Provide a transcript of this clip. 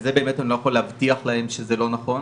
וזה באמת אני לא יכול להבטיח להם שזה לא נכון,